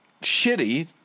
shitty